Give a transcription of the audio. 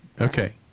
Okay